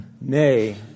Nay